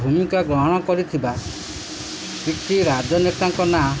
ଭୂମିକା ଗ୍ରହଣ କରିଥିବା କିଛି ରାଜନେତାଙ୍କ ନାଁ